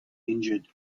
injured